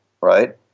right